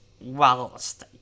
whilst